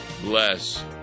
bless